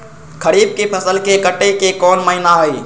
खरीफ के फसल के कटे के कोंन महिना हई?